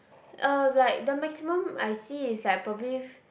uh like the maximum I see is like probably f~